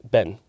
Ben